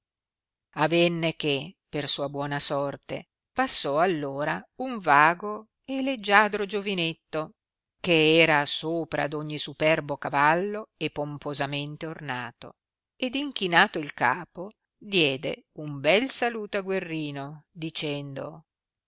avenne che per sua buona sorte passò allora un vago e leggiadro giovanetto che era sopra d un superbo cavallo e pomposamente ornato ed inchinato il capo diede un bel saluto a guerrino dicendo